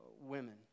women